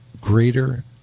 greater